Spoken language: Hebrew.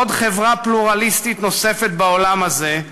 עוד חברה פלורליסטית נוספת בעולם הזה,